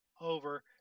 over